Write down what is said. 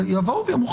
יבואו ויאמרו,